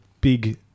big